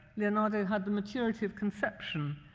leonardo had the materiative conception,